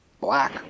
black